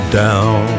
down